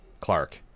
Clark